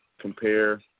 compare